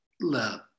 love